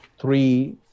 Three